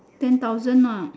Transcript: ten thousand ah